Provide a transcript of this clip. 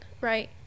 Right